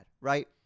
right